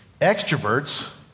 Extroverts